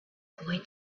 boy